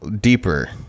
deeper